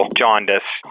jaundice